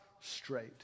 straight